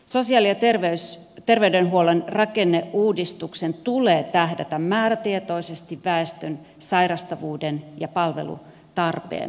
sosiaali ja terveydenhuollon rakenneuudistuksen tulee tähdätä määrätietoisesti väestön sairastavuuden ja palvelutarpeen alenemiseen